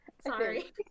sorry